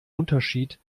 unterschied